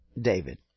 David